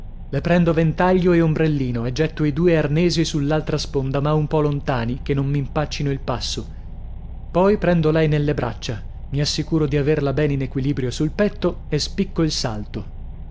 le prendo ventaglio e ombrellino e getto i due arnesi sull'altra sponda ma un po lontani che non m'impaccino il passo poi prendo lei nelle braccia mi assicuro di averla bene in equilibrio sul petto e spicco il salto